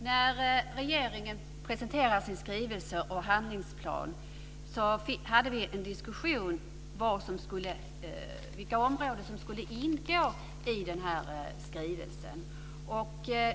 Herr talman! När regeringen presenterade sin skrivelse och handlingsplan hade vi en diskussion om vilka områden som skulle ingå i skrivelsen.